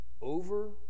over